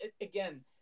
again